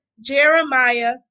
Jeremiah